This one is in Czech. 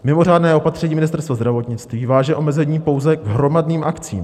Mimořádné opatření Ministerstva zdravotnictví váže omezení pouze k hromadným akcím.